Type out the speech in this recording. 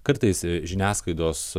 kartais žiniasklaidos